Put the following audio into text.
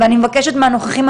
ואני מבקשת מהנוכחים,